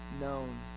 known